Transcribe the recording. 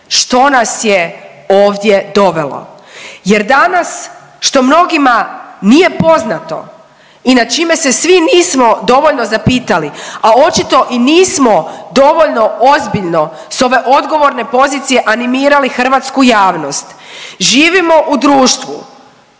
što nas je ovdje dovelo jer danas što mnogima nije poznato i nad čime se svi nismo dovoljno zapitali, a očito i nismo dovoljno ozbiljno s ove odgovorne pozicije animirali hrvatsku javnost. Živimo u društvu